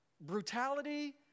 brutality